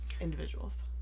individuals